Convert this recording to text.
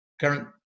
current